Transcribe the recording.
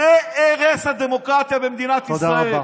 זה הרס הדמוקרטיה במדינת ישראל.